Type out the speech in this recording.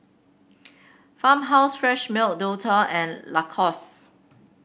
Farmhouse Fresh Milk Dualtron and Lacoste